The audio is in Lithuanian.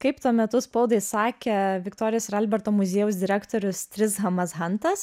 kaip tuo metu spaudai sakė viktorijos ir alberto muziejaus direktorius trishamas hantas